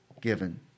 given